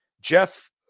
Jeff